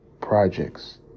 projects